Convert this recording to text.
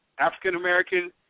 African-American